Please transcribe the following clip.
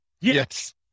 Yes